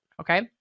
Okay